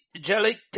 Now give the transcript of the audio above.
jelly